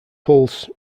pulse